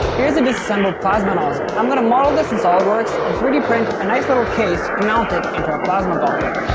here's a disassembled plasma nozzle. i'm gonna model this in solidworks, then and three d print a nice little case and mount it into our plasma gauntlet.